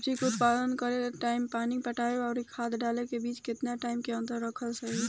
सब्जी के उत्पादन करे टाइम पानी पटावे आउर खाद डाले के बीच केतना टाइम के अंतर रखल सही रही?